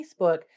Facebook